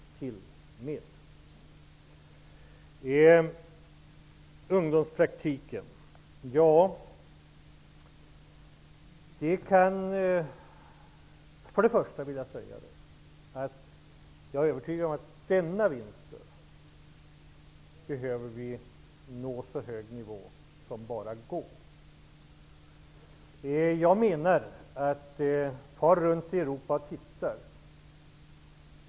Beträffande ungdomspraktiken vill jag först säga att jag är övertygad om att vi under denna vinter behöver nå en så hög nivå som det bara går. Far runt och titta i Europa!